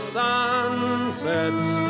sunsets